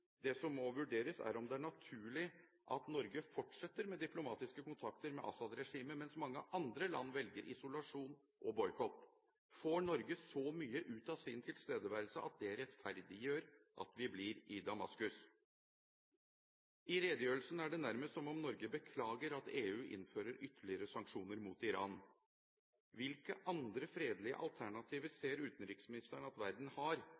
Det som må vurderes, er om det er naturlig at Norge fortsetter med diplomatiske kontakter med Assad-regimet mens mange andre land velger isolasjon og boikott. Får Norge så mye ut av sin tilstedeværelse at det rettferdiggjør at vi blir i Damaskus? I redegjørelsen virker det nærmest som om Norge beklager at EU innfører ytterligere sanksjoner mot Iran. Hvilke andre fredelige alternativer ser utenriksministeren at verden har